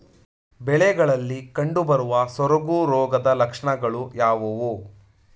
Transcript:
ಬೆಳೆಗಳಲ್ಲಿ ಕಂಡುಬರುವ ಸೊರಗು ರೋಗದ ಲಕ್ಷಣಗಳು ಯಾವುವು?